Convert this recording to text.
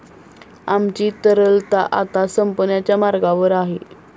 आमची तरलता आता संपण्याच्या मार्गावर आहे